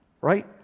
right